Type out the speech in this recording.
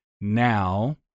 now